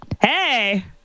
Hey